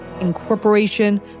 incorporation